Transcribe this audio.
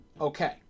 okay